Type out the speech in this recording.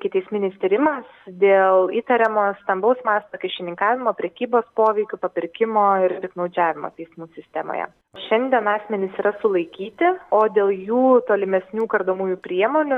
ikiteisminis tyrimas dėl įtariamojo stambaus masto kyšininkavimo prekybos poveikiu papirkimo ir piktnaudžiavimo teismų sistemoje šiandien asmenys yra sulaikyti o dėl jų tolimesnių kardomųjų priemonių